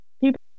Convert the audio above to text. People